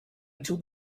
until